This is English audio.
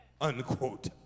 unquote